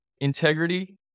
integrity